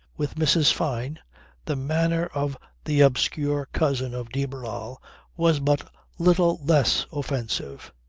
with mrs. fyne the manner of the obscure cousin of de barral was but little less offensive.